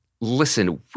listen